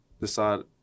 decide